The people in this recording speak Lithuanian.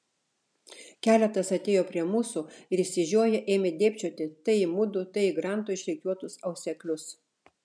keletas atėjo prie mūsų ir išsižioję ėmė dėbčioti tai į mudu tai į granto išrikiuotus auseklius